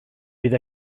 bydd